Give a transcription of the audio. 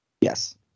Yes